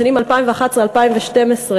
בשנים 2011 2012,